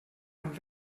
amb